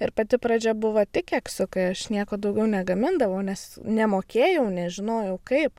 ir pati pradžia buvo tik keksiukai aš nieko daugiau negamindavau nes nemokėjau nežinojau kaip